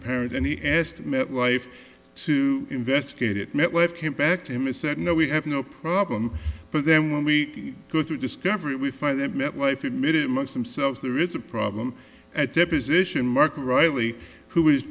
parent and he asked metlife to investigate it metlife came back to mr know we have no problem but then when we go through discovery we find that metlife admitted amongst themselves there is a problem at deposition mark riley who is